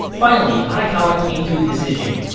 finally, arakawa came to a decision.